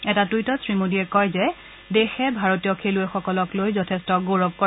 এটা টুইটত শ্ৰীমোডীয়ে কয় যে দেশে ভাৰতীয় খেলুৱৈসকলক লৈ যথেষ্ট গৌৰৱ কৰে